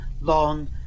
long